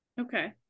Okay